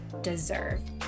deserve